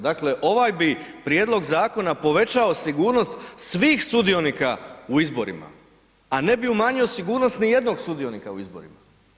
Dakle ovaj bi prijedlog zakona povećao sigurnost svih sudionika u izborima a ne bi umanjio sigurnost ni jednog sudionika u izborima.